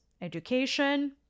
education